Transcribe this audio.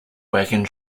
wagon